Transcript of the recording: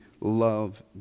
love